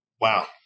Wow